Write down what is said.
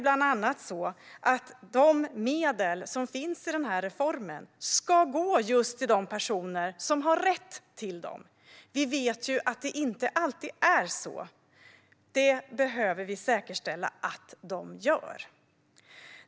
Bland annat ska de medel som finns i den här reformen gå till just de personer som har rätt till dem. Vi vet att det inte alltid är på det sättet. Vi behöver säkerställa att de gör det.